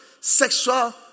sexual